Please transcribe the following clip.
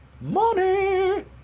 Money